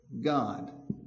God